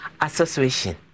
Association